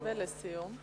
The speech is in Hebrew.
ולסיום.